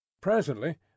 Presently